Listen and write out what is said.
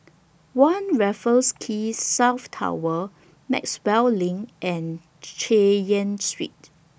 one Raffles Quay South Tower Maxwell LINK and Chay Yan Street